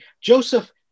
Joseph